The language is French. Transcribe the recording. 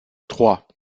trois